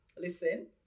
listen